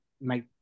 make